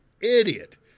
idiot